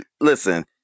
listen